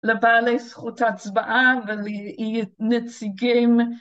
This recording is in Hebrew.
לבעלי זכות ההצבעה ולהיות נציגים.